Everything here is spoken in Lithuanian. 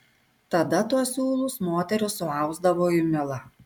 tada tuos siūlus moterys suausdavo į milą